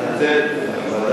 ודאי.